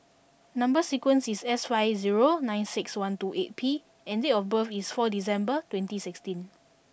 number sequence is S five zero nine six one two eight P and date of birth is four December twenty sixteen